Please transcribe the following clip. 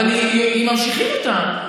אבל ממשיכים אותה.